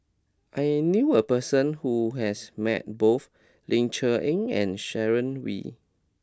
I knew a person who has met both Ling Cher Eng and Sharon Wee